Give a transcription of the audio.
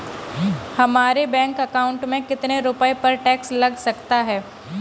हमारे bank account में कितने रुपये पर टैक्स लग सकता है?